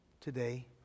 today